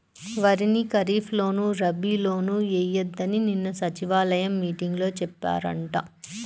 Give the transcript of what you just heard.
వరిని ఖరీప్ లోను, రబీ లోనూ ఎయ్యొద్దని నిన్న సచివాలయం మీటింగులో చెప్పారంట